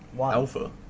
Alpha